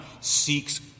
seeks